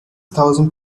thousand